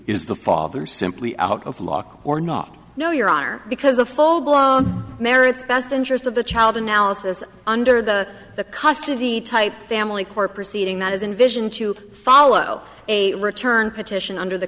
is the father simply out of luck or not know your honor because a full blown merits best interest of the child analysis under the the cost of the type family court proceeding that is in vision to follow a return petition under the